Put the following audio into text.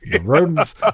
Rodents